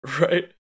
Right